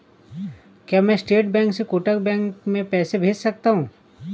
क्या मैं State Bank से कोटक बैंक में पैसे भेज सकता हूँ?